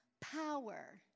power